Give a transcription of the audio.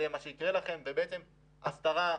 זה מה שיקרה לכם ובעצם יש הסתרה.